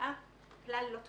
שההרשאה כלל לא תקפה.